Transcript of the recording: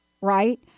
right